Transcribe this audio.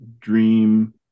dream